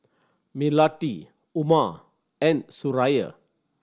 Melati Umar and Suraya